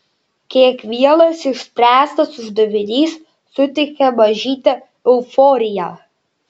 kiekvienas išspręstas uždavinys suteikia mažytę euforiją